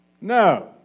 no